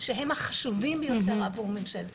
שהם החשובים ביותר עבור ממשלת ישראל,